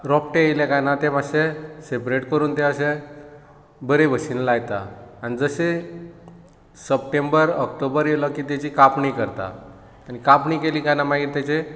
रोपटे येले कांय ना तें मातशे सेपरेट करून तें अशें बरें भशेन लायता आनी जशें सप्टेम्बर ओक्टोबर एयलो की तेची कापणी करता कापणी केली कांय ना मागीर तेचे